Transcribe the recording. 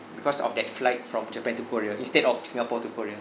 because of that flight from japan to korea instead of singapore to korea